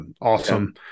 awesome